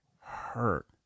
hurt